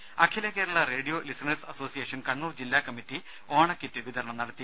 there അഖില Kerala radio listeners association Kannur ജില്ലാ committee ഓണക്കിറ്റ് വിതരണം നടത്തി